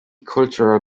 cultural